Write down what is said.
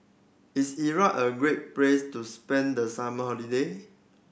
is Iran a great place to spend the summer holiday